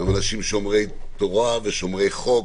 שומרי תורה וחוק